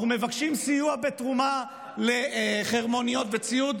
אנחנו מבקשים סיוע בתרומה לחרמוניות וציוד